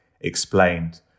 explained